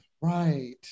Right